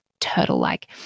turtle-like